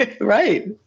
Right